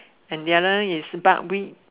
and the other is dark wheat